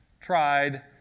tried